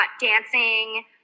dancing